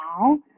now